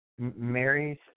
Mary's